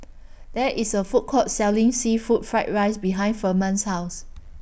There IS A Food Court Selling Seafood Fried Rice behind Ferman's House